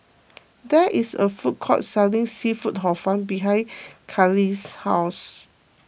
there is a food court selling Seafood Hor Fun behind Carli's house